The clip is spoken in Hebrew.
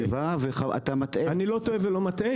אני לא טועה ואני לא מטעה.